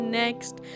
next